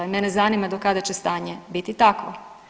I mene zanima do kada će stanje biti takvo?